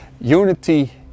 unity